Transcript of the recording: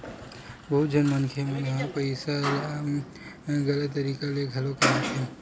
बहुत झन मनखे मन ह पइसा ल गलत तरीका ले घलो कमाथे